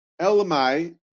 Elamai